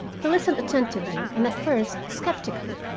he listened attentively, and at first skeptically.